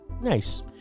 nice